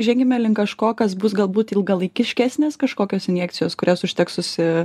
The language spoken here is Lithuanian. žengiame link kažko kas bus galbūt ilgalaikiškesnės kažkokios injekcijos kurias užteks susi